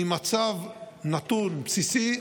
ממצב נתון בסיסי,